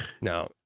No